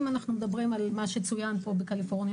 אם אנחנו מדברים על מה שצוין פה בקליפורניה